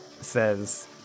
says